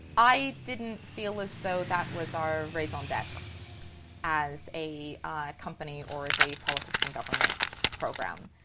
i didn't feel as though that was our raison d'etre as a company or as a politics and government program.